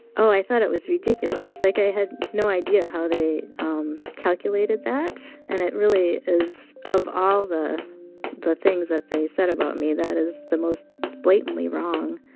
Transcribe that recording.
oh, i thought it was ridiculous. like, i had no idea how they calculated that. and it really is of all the the things that they said about me, that is the most blatantly wrong.